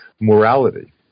Morality